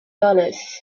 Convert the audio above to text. dollars